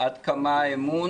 עד כמה האמון